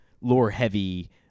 lore-heavy